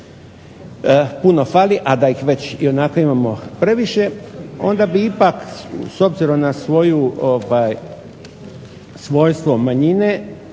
puno fali, a da ih već ionako imamo previše. Onda bi ipak s obzirom na svoju …/Loša snimka, ne